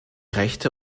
rechte